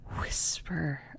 whisper